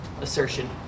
assertion